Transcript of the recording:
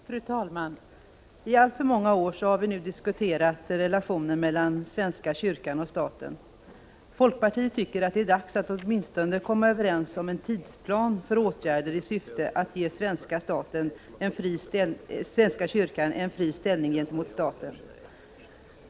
Fru talman! I alltför många år har vi nu diskuterat relationen mellan svenska kyrkan och staten. Folkpartiet tycker att det är dags att åtminstone komma överens om en tidsplan för åtgärder i syfte att ge svenska kyrkan en fri ställning gentemot staten.